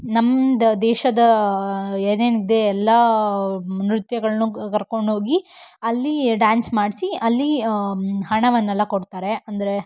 ನಮ್ದು ದೇಶದ ಏನೇನಿದೆ ಎಲ್ಲ ನೃತ್ಯಗಳನ್ನೂ ಕರ್ಕೊಂಡೋಗಿ ಅಲ್ಲಿ ಡ್ಯಾನ್ಸ್ ಮಾಡಿಸಿ ಅಲ್ಲಿ ಹಣವನ್ನೆಲ್ಲ ಕೊಡ್ತಾರೆ ಅಂದರೆ